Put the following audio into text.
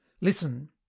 listen